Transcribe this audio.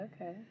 okay